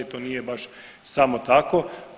To nije baš samo tako.